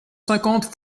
cinquante